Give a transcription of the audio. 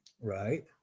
Right